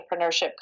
entrepreneurship